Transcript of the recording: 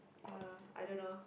uh I don't know